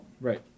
Right